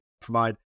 provide